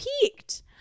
peaked